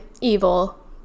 evil